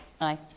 Aye